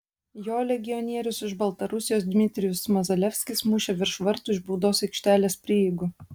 jo legionierius iš baltarusijos dmitrijus mazalevskis mušė virš vartų iš baudos aikštelės prieigų